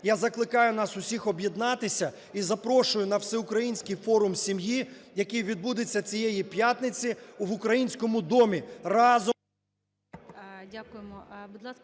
Я закликаю нас усіх об'єднатися і запрошую на Всеукраїнський форум сім'ї, який відбудеться цієї п'ятниці в Українському домі разом…